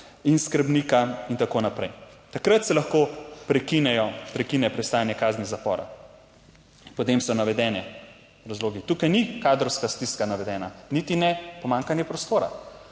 In skrbnika in tako naprej, takrat se lahko prekinejo, prekine prestajanje kazni zapora. In potem so navedeni razlogi, tukaj ni kadrovska stiska navedena, niti ne pomanjkanje prostora.